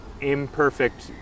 imperfect